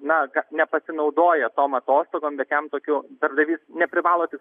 na nepasinaudoja tom atostogom bet jam tokiu darbdavys neprivalo